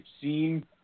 seen